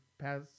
pass